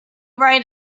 right